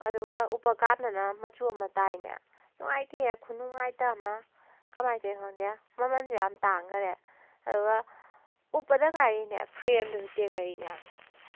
ꯑꯗꯨꯒ ꯎꯞꯄ ꯀꯥꯟꯗꯅ ꯃꯆꯨ ꯑꯃ ꯇꯥꯏꯅꯦ ꯅꯨꯡꯉꯥꯏꯇꯦꯍꯦ ꯈꯨꯅꯨꯡꯉꯥꯏꯇ ꯑꯃ ꯀꯃꯥꯏꯅ ꯇꯧꯔꯤꯅꯣ ꯈꯪꯗꯦ ꯃꯃꯟꯁꯨ ꯌꯥꯝ ꯇꯥꯡꯈꯔꯦ ꯑꯗꯨꯒ ꯎꯞꯄꯗ ꯉꯥꯏꯔꯤꯅꯦ ꯐ꯭ꯔꯦꯝꯗꯨꯁꯨ ꯇꯦꯛꯂꯛꯏꯅꯦ